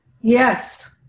Yes